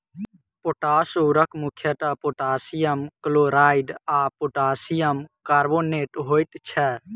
potash उर्वरक मुख्यतः potassium chloride आ पोटासियम कार्बोनेट होइत छै